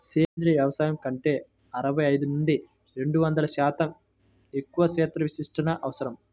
సేంద్రీయ వ్యవసాయం కంటే అరవై ఐదు నుండి రెండు వందల శాతం ఎక్కువ క్షేత్ర విస్తీర్ణం అవసరం